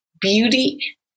beauty